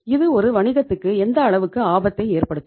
இது ஒரு வணிகத்துக்கு எந்த அளவுக்கு ஆபத்தை ஏற்படுத்தும்